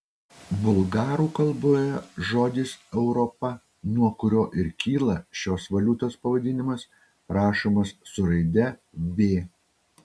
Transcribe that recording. bulgarų kalboje žodis europa nuo kurio ir kyla šios valiutos pavadinimas rašomas su raide v